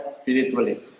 spiritually